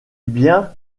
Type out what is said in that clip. bien